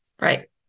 right